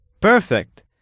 Perfect